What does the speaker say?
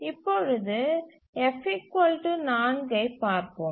இப்பொழுது F 4 ஐப் பார்ப்போம்